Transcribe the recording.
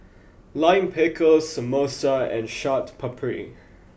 Lime Pickle Samosa and Chaat Papri